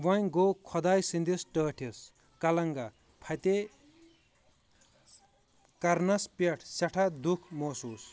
وۄنۍ گوٚو خۄدایہِ سٕنٛدِس ٹٲٹھِس كلِنگا فتح کرنس پٮ۪ٹھ سٮ۪ٹھاہ دُکھ موحسوٗس